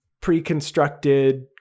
pre-constructed